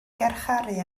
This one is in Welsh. garcharu